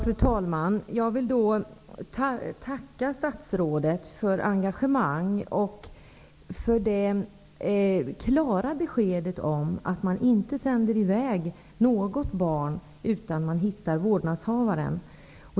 Fru talman! Jag vill tacka statsrådet för hennes engagemang och för det klara beskedet att man inte sänder i väg något barn utan att man har hittat en vårdnadshavare.